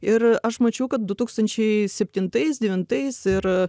ir aš mačiau kad du tūkstančiai septintais devintais ir